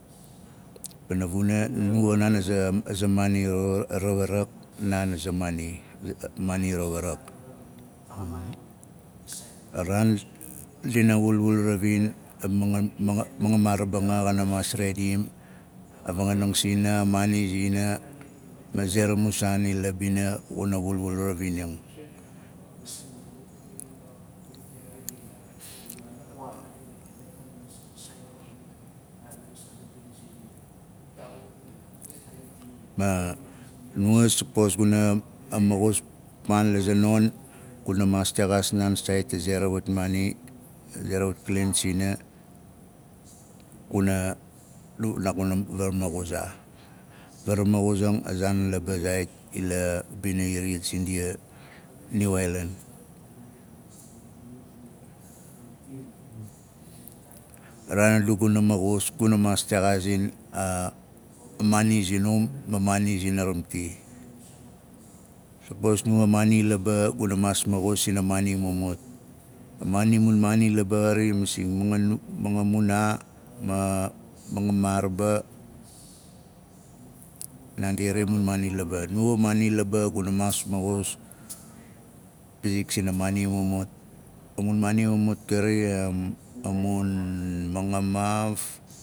Pana vuna nuwa a naan aza maani rawa rawarak a raan dina wulwul ravin a manga maaraba anga xana maas redim a maani zina a vanganang sina ma ze ra zaan la bina xuna wulwul ravining ma nuwa sapos guna maxus paanla za non guna maas texaas saait a ze ra wat maani azera wat klen sina kuna nu- naaguna vara maxuz aa a varamaxuzang azaan laba zaait ila bina iriyat sindia niu aailan a raan a du guna maxus guna maas texaazing a maani sinum ma maani zina ramti sapos nuwa a maani laba guna maas maxus sina maani mumut. A maani a maani laba xari masing manganunaa ma mangamaaraba naandi ari a mun maani laba. Nuwa a maani laa guna maas maxus pizik sina maani mumut em a mun mangamaaf.